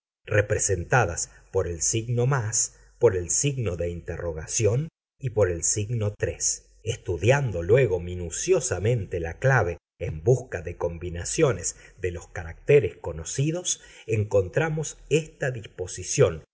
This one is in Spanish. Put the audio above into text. nos da tres letras más la o la u y la g representadas por y estudiando luego minuciosamente la clave en busca de combinaciones de los caracteres conocidos encontramos esta disposición